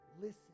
listen